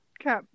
Okay